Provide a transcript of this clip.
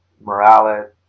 Morales